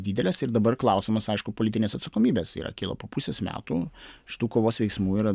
didelės ir dabar klausimas aišku politinės atsakomybės yra po pusės metų šitų kovos veiksmų yra